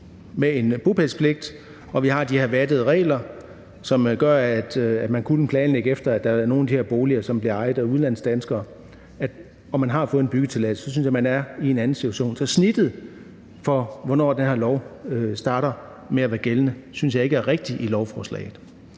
er en bopælspligt, og vi har de her vattede regler, som gør, at man kunne planlægge efter, at der er nogle af de her boliger, som bliver ejet af udenlandsdanskere, og man har fået en byggetilladelse, så er man i en anden situation. Så snittet for, hvornår den her lov starter med at være gældende, synes jeg ikke er rigtigt i lovforslaget.